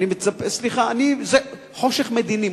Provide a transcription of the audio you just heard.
חושך מדיני,